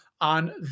on